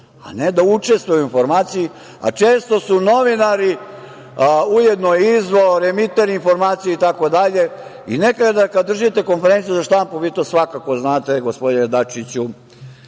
a ne da učestvuje u informaciji, a često su novinari ujedno, izvor, emiteri informacije itd. i nekada kad držite Konferenciju za štampu, vi to svakako znate gospodine Dačiću,